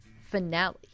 finale